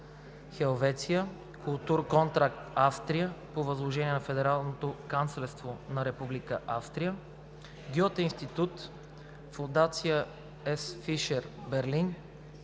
Хелвеция“, „Култур Контакт“, Австрия (по възложение на Федералното канцлерство на Република Австрия), Гьоте институт, Фондация „Самюел Фишер“ (Берлин),